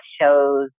shows